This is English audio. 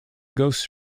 ghosts